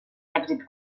èxit